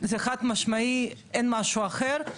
זה חד משמעי אין משהו אחר,